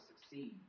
succeed